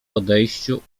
odejściu